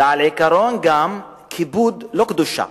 וגם על עיקרון של כיבוד, לא קדושה,